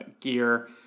gear